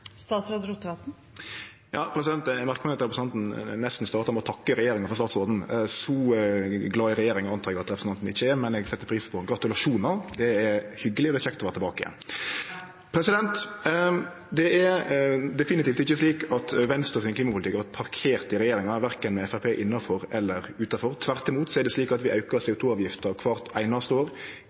Eg merka meg at representanten nesten starta med å takke regjeringa for statsråden. Så glad i regjeringa trur eg ikkje representanten er, men eg set pris på gratulasjonar. Det er hyggjeleg, og det er kjekt å vere tilbake igjen. Det er definitivt ikkje slik at Venstre sin klimapolitikk har vore parkert i regjeringa, verken med Framstegspartiet innanfor eller utanfor. Tvert imot har vi auka CO 2 -avgifta kvart einaste år,